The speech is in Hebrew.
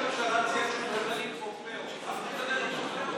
לא, יעקב, לא אמרת את זה.